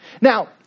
Now